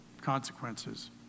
consequences